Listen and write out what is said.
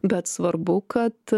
bet svarbu kad